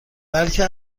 بلکه